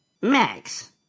Max